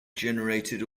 generated